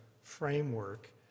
framework